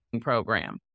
program